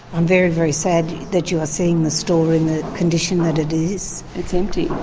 i'm very, very sad that you are seeing the store in the condition that it is. it's empty.